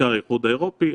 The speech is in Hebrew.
בעיקר באיחוד האירופי,